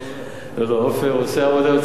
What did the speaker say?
קודם כול, שתדע לך